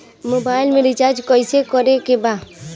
Mobile में recharge कइसे करे के बा?